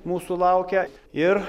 mūsų laukia ir